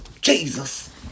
Jesus